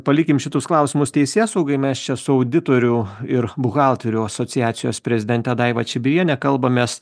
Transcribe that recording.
palikim šitus klausimus teisėsaugai mes čia su auditorių ir buhalterių asociacijos prezidente daiva čibiriene kalbamės